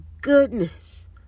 goodness